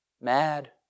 mad